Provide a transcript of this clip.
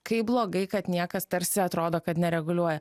kai blogai kad niekas tarsi atrodo kad nereguliuoja